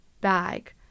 bag